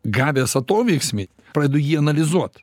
gavęs atoveiksmį pradedu jį analizuot